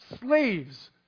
slaves